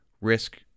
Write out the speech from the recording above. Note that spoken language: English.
risk